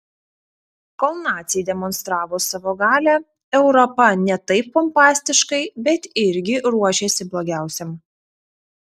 kol naciai demonstravo savo galią europa ne taip pompastiškai bet irgi ruošėsi blogiausiam